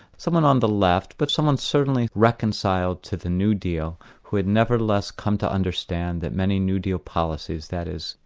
someone on the left, but someone certainly reconciled to the new deal who had nevertheless come to understand that many new deal policies, that is,